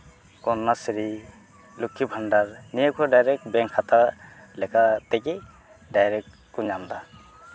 ᱠᱚᱱᱱᱟᱥᱨᱤ ᱞᱚᱠᱠᱷᱤ ᱵᱷᱟᱱᱰᱟᱨ ᱱᱤᱭᱟᱹ ᱠᱚᱨᱮ direct bank ᱦᱟᱛᱟᱣ ᱞᱮᱠᱟ ᱛᱮᱜᱮ ᱰᱟᱭᱨᱮᱠᱴ ᱠᱚ ᱧᱟᱢ ᱮᱫᱟ